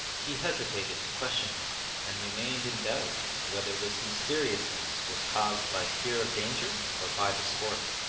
he hesitated to question him and remained in doubt whether this mysteriousness was caused by fear of danger or by the sport.